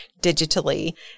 digitally